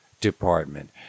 department